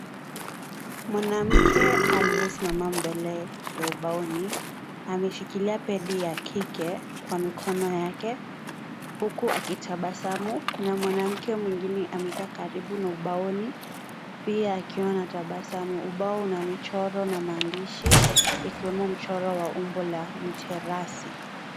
Mwanamke aliyesimama mbele ya ubaoni; ameshikilia pedi ya kike kwa mikono yake huku akitabasamu. Kuna mwanamke mwingine amekaa karibu na ubaoni pia akiwa na tabasamu. Ubao una michoro na maandishi ikiwemo mchoro wa umbo la uterasi.